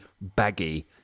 baggy